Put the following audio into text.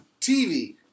TV